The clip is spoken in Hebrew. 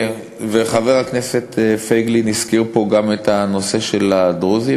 חבר הכנסת פייגלין הזכיר פה גם את הנושא של הדרוזים.